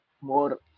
more